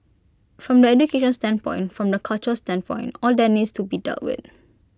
from the education standpoint from the culture standpoint all that needs to be dealt with